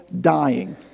dying